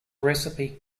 recipe